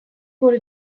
wurde